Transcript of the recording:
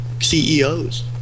CEOs